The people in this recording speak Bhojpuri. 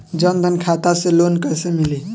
जन धन खाता से लोन कैसे मिली?